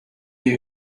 you